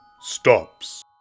stops